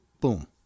boom